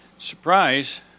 surprise